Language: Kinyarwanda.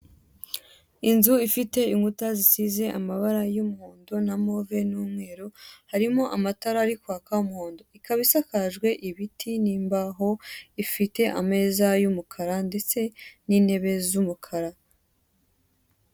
Inzu ifite inkuta zisize amabara y'umuhondo na move n'umweru harimo amatara ari kwaka umuhondo. Ikaba Isakajwe ibiti n'imbaho, ifite ameza y'umukara ndetse n'intebe z'umukara.